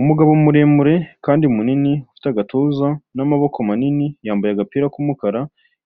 Umugabo muremure kandi munini ufite agatuza n'amaboko manini yambaye agapira k'umukara,